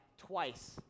twice